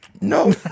No